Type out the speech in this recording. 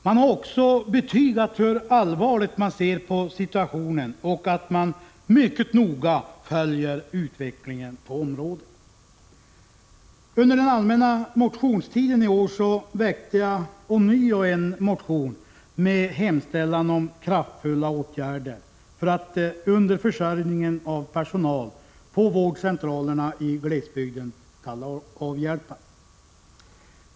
Man har också betygat hur allvarligt man ser på situationen och att man mycket noga följer utvecklingen på området. Under den allmänna motionstiden i år väckte jag ånyo en motion med hemställan om kraftfulla åtgärder för att underförsörjningen av personal på vårdcentralerna i glesbygden skall avhjälpas.